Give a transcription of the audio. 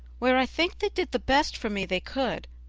where i think they did the best for me they could.